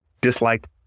disliked